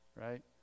right